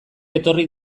etorri